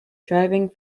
driving